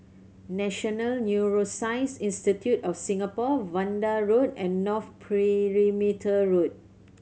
National Neuroscience Institute of Singapore Vanda Road and North Perimeter Road